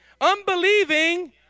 Unbelieving